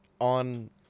on